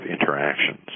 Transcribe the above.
interactions